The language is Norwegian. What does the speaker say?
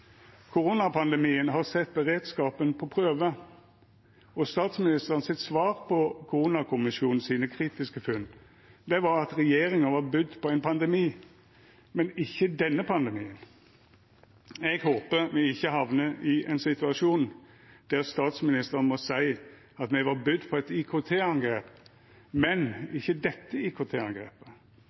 Koronapandemien har sett beredskapen på prøve, og statsministeren sitt svar på Koronakommisjonen sine kritiske funn var at regjeringa var budd på ein pandemi, men ikkje denne pandemien. Eg håpar me ikkje hamnar i ein situasjon der statsministeren må seia at me var budd på eit IKT-angrep, men ikkje dette